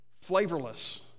flavorless